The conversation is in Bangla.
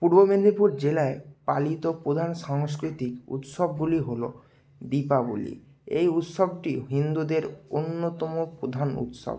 পূর্ব মেদিনীপুর জেলায় পালিত প্রধান সাংস্কৃতিক উৎসবগুলি হলো দীপাবলী এই উৎসবটি হিন্দুদের অন্যতম প্রধান উৎসব